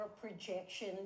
projection